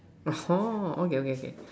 orh okay okay okay